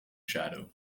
shadow